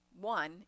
one